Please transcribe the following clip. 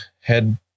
head